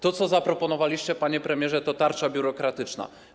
To, co zaproponowaliście, panie premierze, to tarcza biurokratyczna.